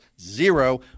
zero